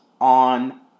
on